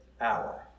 hour